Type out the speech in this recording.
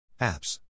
Apps